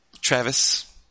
Travis